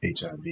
HIV